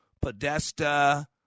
Podesta